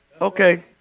Okay